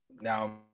Now